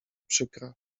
przykra